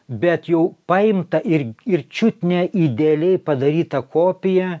bet jau paimta ir ir čiut ne idealiai padaryta kopija